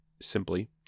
simply